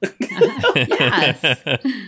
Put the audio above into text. Yes